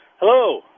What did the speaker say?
Hello